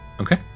okay